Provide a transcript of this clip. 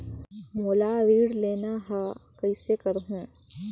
मोला ऋण लेना ह, कइसे करहुँ?